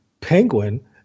Penguin –